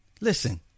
Listen